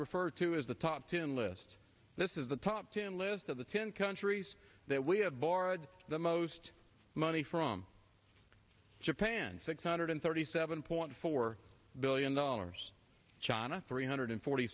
refer to as the top ten list this is the top ten list of the ten countries that we have borrowed the most money from japan six hundred thirty seven point four billion dollars china three hundred forty